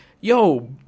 Yo